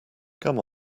come